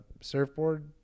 surfboard